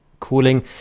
cooling